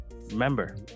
remember